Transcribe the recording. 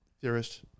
theorist